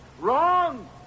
wrong